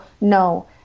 No